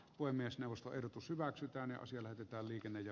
voi myös nostoehdotus hyväksytään ja asia lähetetään liikenne ja